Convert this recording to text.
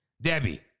Debbie